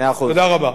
תודה רבה.